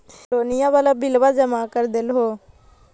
लोनिया वाला बिलवा जामा कर देलहो?